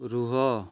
ରୁହ